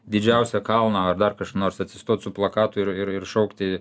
didžiausią kalną ar dar kas nors atsistot su plakatu ir ir ir šaukti